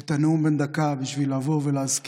את הנאום בן הדקה בשביל להזכיר